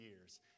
years